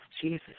Jesus